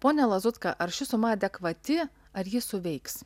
pone lazutka ar ši suma adekvati ar jis suveiks